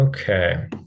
Okay